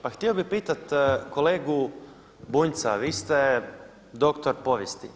Pa htio bih pitati kolegu Bunjca, vi ste doktor povijesti.